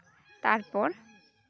ᱛᱟᱨᱯᱚᱨ